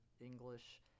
English